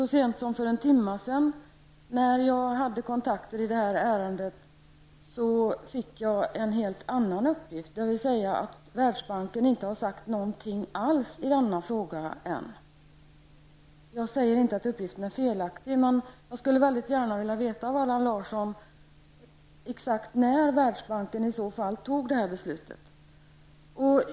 Så sent som för en timme sedan när jag hade kontakter i detta ärende fick jag en helt annan uppgift, dvs. att Världsbanken inte har sagt något i denna fråga än. Jag säger inte att uppgiften är felaktig, men jag skulle gärna vilja veta av Allan Larsson exakt när Världsbanken fattade detta beslut.